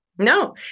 No